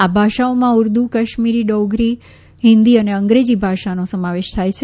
આ ભાષાઓમાં ઉર્દૂ કશ્મીરી ડોગરી હિંદી અને અંગ્રેજીનો સમાવેશ થાય છે